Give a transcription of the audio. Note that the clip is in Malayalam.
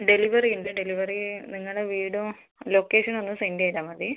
ഡെലിവറി ഉണ്ട് ഡെലിവറി നിങ്ങളുടെ വീടും ലൊക്കേഷനും ഒന്ന് സെൻഡ് ചെയ്താൽ മതി